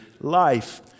life